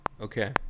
okay